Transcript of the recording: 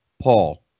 paul